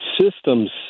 systems